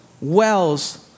wells